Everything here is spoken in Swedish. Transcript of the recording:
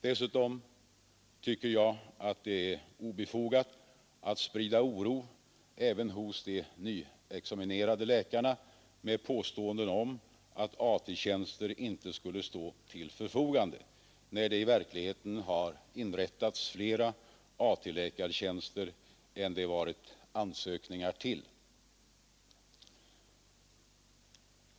Dessutom tycker jag att det är obefogat att sprida oro även hos de nyexaminerade läkarna med påståenden om att AT-tjänster inte skulle stå till förfogande, när det i verkligheten har inrättats flera AT-läkartjänster än det varit ansökningar till.